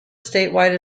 statewide